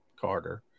Carter